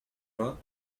vingt